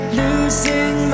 losing